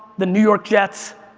the new york jets,